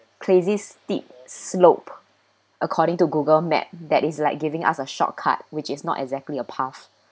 crazy steep slope according to google map that is like giving us a shortcut which is not exactly a path